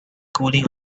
cooling